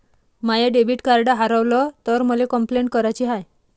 माय debit card हारवल तर मले कंपलेंट कराची हाय